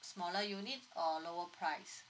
smaller unit or lower price